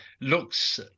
looks